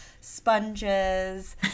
sponges